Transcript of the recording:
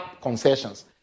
concessions